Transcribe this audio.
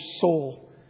soul